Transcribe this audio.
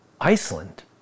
Iceland